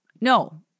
no